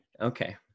Okay